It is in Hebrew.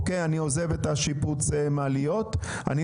אני עוזב את שיפוץ המעליות,